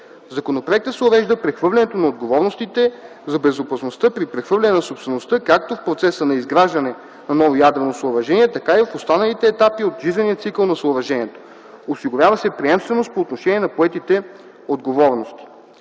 законопроекта се урежда прехвърлянето на отговорностите за безопасността при прехвърляне на собствеността както в процеса на изграждане на ново ядрено съоръжение, така и в останалите етапи от жизнения цикъл на съоръжението. Осигурява се приемственост по отношение на поетите отговорности.